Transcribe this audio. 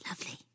lovely